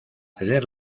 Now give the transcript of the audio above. ceder